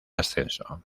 ascenso